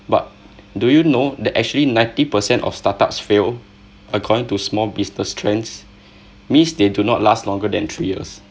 but do you know that actually ninety per cent of startups fail according to small business trends means they do not last longer than three years